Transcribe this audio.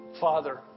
Father